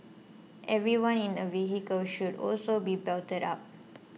everyone in a vehicle should also be belted up